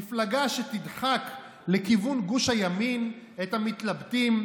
מפלגה שתדחק לכיוון גוש הימין את המתלבטים,